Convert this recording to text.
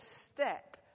step